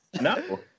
no